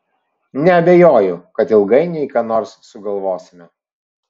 neabejoju kad ilgainiui ką nors sugalvosime